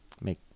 Make